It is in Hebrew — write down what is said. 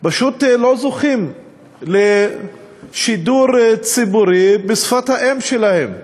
פשוט לא זוכים לשידור ציבורי בשפת האם שלהם.